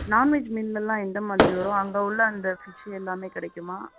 நாண் veg மீல்லலாம் எந்த மாதிரி வரும் அங்கே உள்ள அந்த ஃபிஷ் எல்லாமே கிடைக்குமா